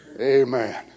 Amen